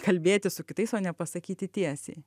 kalbėtis su kitais o ne pasakyti tiesiai